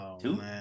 Two